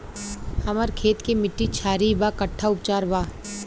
हमर खेत के मिट्टी क्षारीय बा कट्ठा उपचार बा?